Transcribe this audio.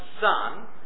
son